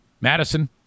Madison